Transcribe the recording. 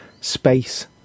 space